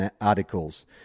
articles